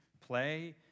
play